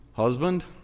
husband